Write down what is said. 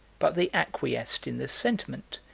but they acquiesced in the sentiment,